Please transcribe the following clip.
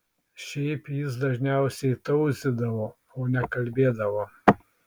šiaip jis dažniausiai tauzydavo o ne kalbėdavo